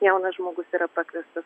jaunas žmogus yra pakviestas